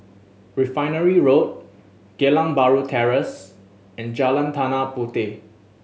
Refinery Road Geylang Bahru Terrace and Jalan Tanah Puteh